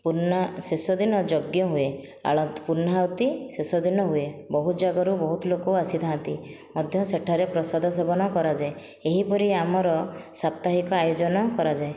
ପୂର୍ଣ୍ଣ ଶେଷ ଦିନ ଯଜ୍ଞ ହୁଏ ପୂର୍ଣ୍ଣାହୁତି ଶେଷ ଦିନ ହୁଏ ବହୁ ଯାଗାରୁ ବହୁତ ଲୋକ ଆସିଥାନ୍ତି ମଧ୍ୟ ସେଠାରେ ପ୍ରସାଦ ସେବନ କରାଯାଏ ଏହିପରି ଆମର ସାପ୍ତାହିକ ଆୟୋଜନ କରାଯାଏ